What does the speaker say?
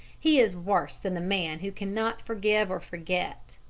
he is worse than the man who cannot forgive or forget.